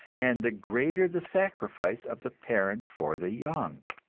and the greater the sacrifice of the parent for the young.